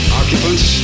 occupants